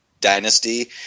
dynasty